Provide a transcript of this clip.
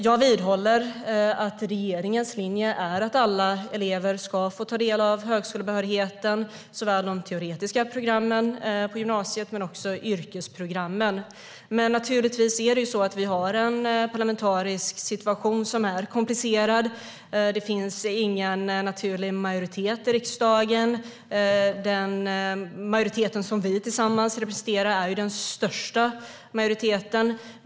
Jag vidhåller att regeringens linje är att alla elever ska få ta del av högskolebehörigheten på såväl de teoretiska programmen på gymnasiet som yrkesprogrammen. Men vi har en parlamentarisk situation som är komplicerad. Det finns ingen naturlig majoritet i riksdagen. Den majoritet som vi tillsammans representerar är den största majoriteten.